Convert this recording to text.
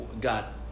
got